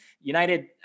United